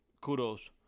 kudos